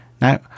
now